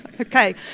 Okay